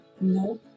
No